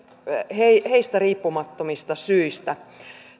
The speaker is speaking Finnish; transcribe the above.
heistä heistä riippumattomista syistä